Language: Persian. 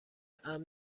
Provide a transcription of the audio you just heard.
امن